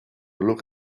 look